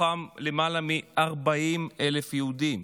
ומתוכם למעלה מ-40,000 יהודים.